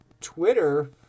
Twitter